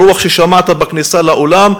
ברוח ששמעת בכניסה לאולם.